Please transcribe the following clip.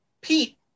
Pete